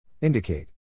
Indicate